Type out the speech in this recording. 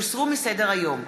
הוסרו מסדר-היום.